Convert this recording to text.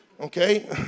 Okay